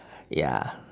ya